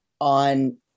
on